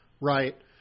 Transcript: right